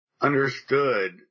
understood